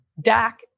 Dak